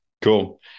cool